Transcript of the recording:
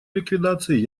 ликвидации